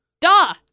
Duh